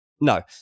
No